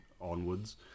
onwards